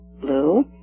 blue